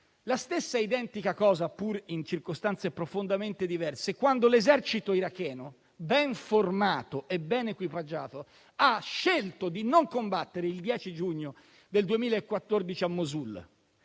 la stessa identica cosa, pur in circostanze profondamente diverse, quando l'esercito iracheno ben formato e ben equipaggiato ha scelto di non combattere il 10 giugno del 2014 a Mosul.